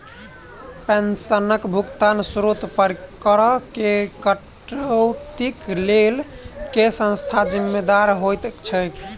पेंशनक भुगतानक स्त्रोत पर करऽ केँ कटौतीक लेल केँ संस्था जिम्मेदार होइत छैक?